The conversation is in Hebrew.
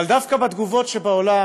אבל דווקא בתגובות בעולם,